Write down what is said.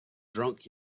drunk